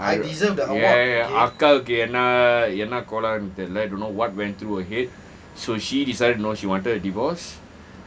ya ya ya அப்பறம் என்ன கொற எண்டு தெரியல்ல:apparam enna kora endu theriyalla don't know what went through her head so she decided no she wanted to divorce